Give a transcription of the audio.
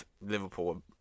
Liverpool